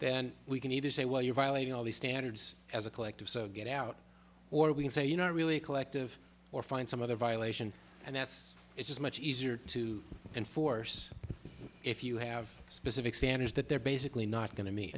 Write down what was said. then we can either say well you're violating all the standards as a collective so get out or we can say you know really a collective or find some other violation and that's it's much easier to enforce if you have specific standards that they're basically not going to me